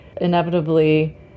inevitably